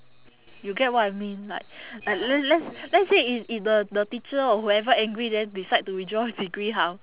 you get what I mean like like l~ let's let's say if if the the teacher or whoever angry then decide to withdraw degree how